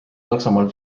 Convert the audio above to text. saksamaal